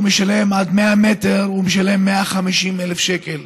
עד 100 מטר הוא משלם 150,000 שקל.